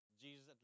Jesus